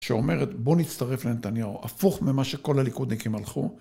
שאומרת בוא נצטרף לנתניהו, הפוך ממה שכל הליכודניקים הלכו.